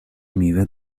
میوه